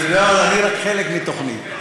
לא, אני רק חלק מתוכנית.